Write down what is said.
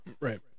Right